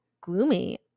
gloomy